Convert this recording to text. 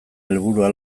helburua